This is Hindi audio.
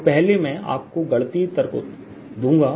तो पहले मैं आपको गणितीय तर्क दूंगा